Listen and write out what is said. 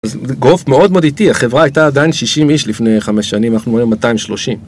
זה growth מאוד מאוד איטי, החברה הייתה עדיין 60 איש לפני חמש שנים, אנחנו היום 230